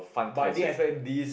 but I didn't expect this